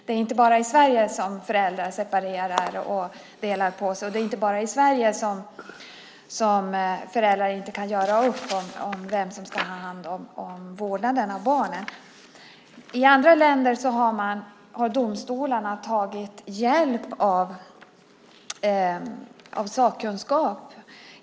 Det är inte bara i Sverige som föräldrar separerar, och det är inte bara i Sverige som föräldrar inte kan göra upp om vem som ska ha vårdnaden om barnen. I andra länder har domstolarna tagit hjälp av sakkunskap.